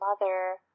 mother